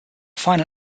final